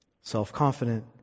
Self-confident